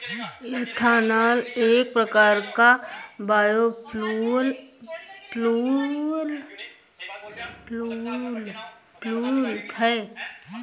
ethanol एक प्रकार का बायोफ्यूल है